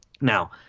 Now